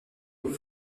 aux